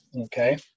okay